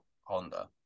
Honda